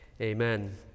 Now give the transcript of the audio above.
Amen